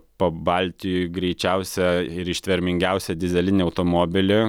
pabaltijuj greičiausią ir ištvermingiausią dyzelinį automobilį